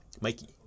Mikey